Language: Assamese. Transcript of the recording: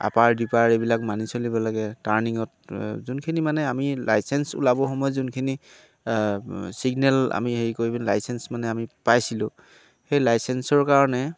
আপাৰ ডিপাৰ এইবিলাক মানি চলিব লাগে টাৰ্ণিঙত যোনখিনি মানে আমি লাইচেঞ্চ ওলাব সময়ত যোনখিনি ছিগনেল আমি হেৰি কৰিম লাইচেঞ্চ মানে আমি পাইছিলোঁ সেই লাইচেঞ্চৰ কাৰণে